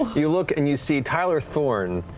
you look and you see tyler thorne,